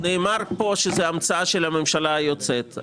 נאמר כאן שזאת המצאה של הממשלה היוצאת.